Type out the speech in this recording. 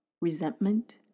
resentment